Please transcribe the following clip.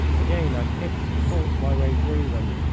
again i kicked and fought my way through them,